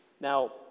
Now